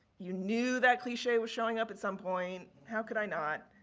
you knew that cliche was showing up at some point. how could i not?